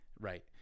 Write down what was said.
Right